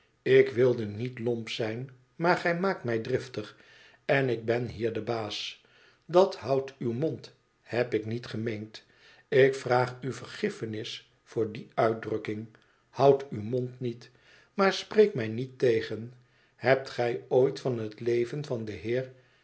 ik wilde niet lomp zijn maar gij maakt mij dnltig en ik ben hier de baas dat houd uw mond heb ik niet gemeend ik vraag u vergiffeois voor die uitdrukking houd uw mond met maar spreek mij niet tegen hebt gij ooii van het leven van den heer